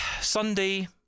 Sunday